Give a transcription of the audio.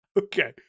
Okay